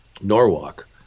Norwalk